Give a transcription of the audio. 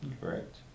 correct